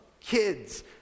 kids